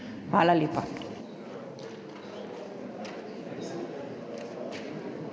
Hvala lepa.